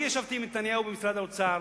אני ישבתי עם נתניהו במשרד האוצר,